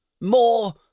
more